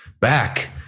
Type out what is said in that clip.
back